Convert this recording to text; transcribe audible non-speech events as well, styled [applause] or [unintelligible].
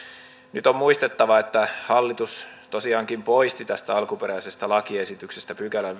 nyt on muistettava että hallitus tosiaankin poisti tästä alkuperäisestä lakiesityksestä viidennenkymmenennenviidennen pykälän [unintelligible]